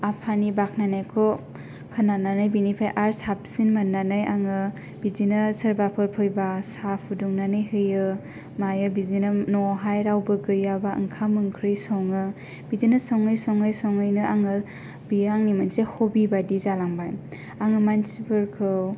आफानि बाखनायनायखौ खोनानानै बिनिफ्राय आरो साबसिन मोन्नानै आङो बिदिनो सोरबाफोर फैबा साहा फुदुंनानै होयो मायो बिदिनो न'आवहाय रावबो गैयाबा ओंखाम ओंख्रि सङो बिदिनो सङै सङै सङैनो आङो बियो आंनि मोनसे हबि बादि जालांबाय आङो मानथिफोरखौ